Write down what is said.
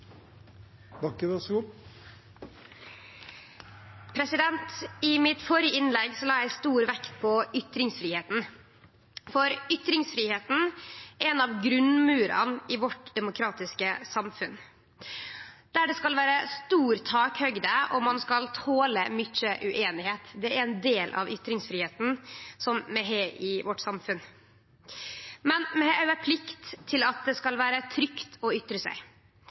I det førre innlegget mitt la eg stor vekt på ytringsfridomen, for ytringsfridom er ein av grunnmurane i vårt demokratiske samfunn, der det skal vere stor takhøgd og ein skal tole mykje ueinigheit. Det er ein del av ytringsfridomen som vi har i samfunnet vårt. Men vi har òg ei plikt til at det skal vere trygt å ytre seg,